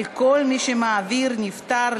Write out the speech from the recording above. על כל מי שמעביר נפטר,